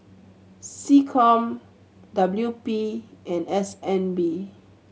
SecCom W P and S N B